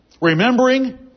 Remembering